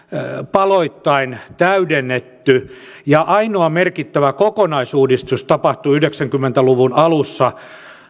paloittain täydennetty ainoa merkittävä kokonaisuudistus tapahtui yhdeksänkymmentä luvun alussa